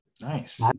Nice